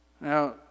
Now